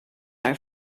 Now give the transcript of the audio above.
are